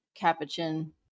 Capuchin